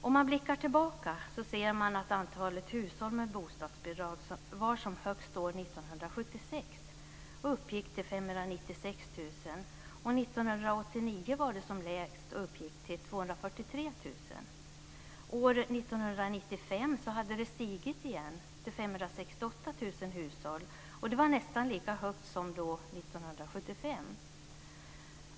Om man blickar tillbaka ser man att antalet hushåll med bostadsbidrag var som högst år 1976 och uppgick till 596 000, och 1989 var det som lägst och uppgick till 243 000. År 1995 hade det stigit igen till 568 000 hushåll, och det var nästan lika stort som år 1975.